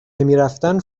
نمیرفتن